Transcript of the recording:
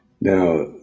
Now